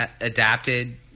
adapted